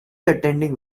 attending